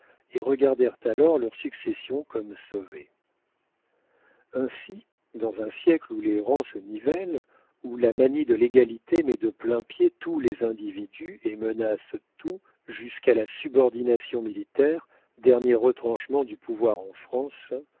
et regardèrent alors leur succession comme sauvée ainsi dans un siècle où les rangs se nivellent où la manie de l'égalité met de plain-pied tous les individus et menace tout jusqu'à la subordination militaire dernier retranchement du pouvoir en france